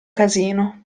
casino